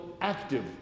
active